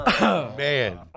Man